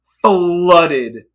flooded